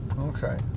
okay